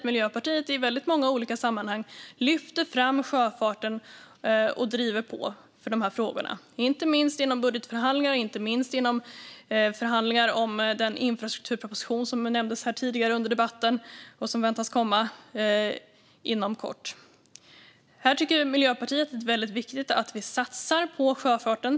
Miljöpartiet lyfter i många olika sammanhang fram sjöfarten och driver på i dessa frågor, inte minst inom budgetförhandlingar och förhandlingar om den infrastrukturproposition som nämndes tidigare i debatten och som väntas komma inom kort. Miljöpartiet tycker att det är viktigt att vi satsar på sjöfarten.